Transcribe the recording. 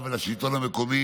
ולשלטון המקומי,